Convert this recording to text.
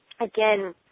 again